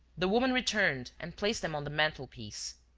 the woman returned and placed them on the mantel-piece.